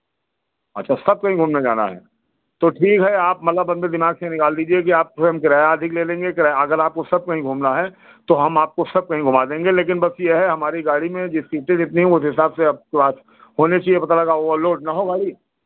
अच्छा सब कहीं घूमने जाना है तो ठीक है आप मतलब अपने दिमाग से निकाल दीजिए कि आपसे हम किराया अधिक ले लेंगे किराया अगर आपको सब कहीं घूमना है तो हम आपको सब कहीं घुमा देंगे लेकिन बस ये है हमारी गाड़ी में ये सीटें जितनी हैं उस हिसाब से होनी चाहिए पता लगा ओवरलोड ना हो गाड़ी